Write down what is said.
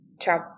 Ciao